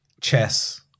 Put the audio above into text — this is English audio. chess